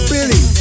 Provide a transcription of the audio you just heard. Billy